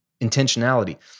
Intentionality